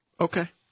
Okay